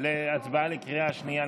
להצבעה בקריאה השנייה.